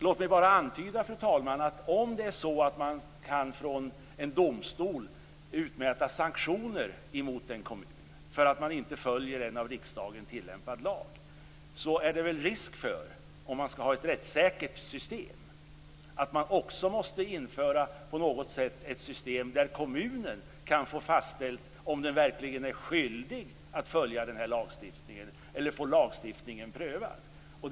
Låt mig bara antyda, fru talman, att om man från en domstol kan utmäta sanktioner mot en kommun för att den inte följer en av riksdagen stiftad lag är det väl risk för, om man skall ha ett rättssäkert system, att man också på något sätt måste införa ett system där kommunen kan få fastställt om den verkligen är skyldig att följa lagstiftningen eller få lagstiftningen prövad.